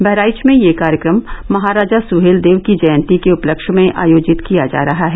बहराइच में यह कार्यक्रम महाराजा सुहेलदेव की जयती के उपलक्ष्य में आयोजित किया जा रहा है